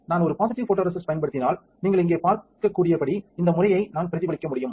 நான் ஒரு positive photoresist பயன்படுத்தினால் நீங்கள் இங்கே பார்க்கக்கூடியபடி இந்த முறையை நான் பிரதிபலிக்க முடியும்